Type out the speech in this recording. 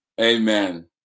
Amen